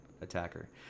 attacker